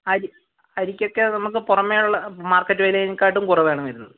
അരി അരിക്കൊക്കെ നമുക്ക് പുറമേ ഉള്ള മാർക്കറ്റ് വിലേനേക്കാട്ടും കുറവാണ് വരുന്നത്